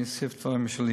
אני אוסיף דברים משלי.